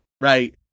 right